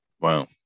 Wow